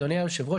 אדוני היושב-ראש,